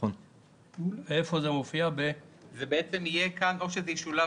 או שזה ישולב